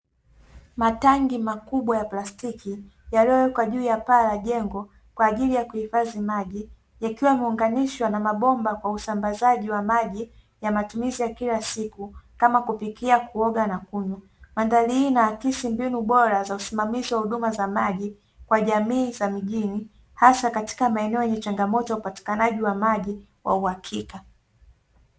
Matanki makubwa ya plastiki yaliyowekwa juu ya paa la jengo kwa ajili ya kuhifadhi maji, yakiwa yameunganishwa na mabomba kwa usambazaji wa maji ya matumizi ya kila siku kama kupikia, kuoga na kunywa. Mandhari hii inaakisi mbinu bora za usimamizi wa huduma za maji kwa jamii za mjini hasa katika maeneo yenye changamoto ya upatikanaji wa maji kwa uhakika.